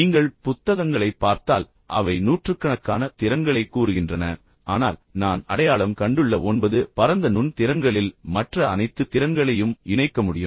நீங்கள் புத்தகங்களைப் பார்த்தால் அவை நூற்றுக்கணக்கான திறன்களைக் கூறுகின்றன ஆனால் நான் அடையாளம் கண்டுள்ள ஒன்பது பரந்த நுண் திறன்களில் மற்ற அனைத்து திறன்களையும் இணைக்க முடியும்